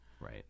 Right